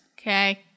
Okay